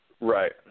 right